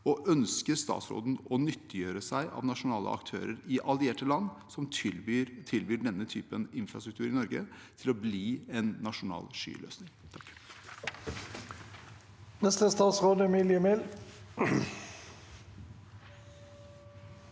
og ønsker statsråden å nyttiggjøre seg av internasjonale aktører i allierte land som tilbyr denne typen infrastruktur i Norge til å bli en nasjonal skyløsning?